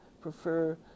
prefer